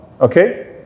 Okay